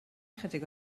ychydig